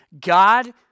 God